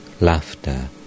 Laughter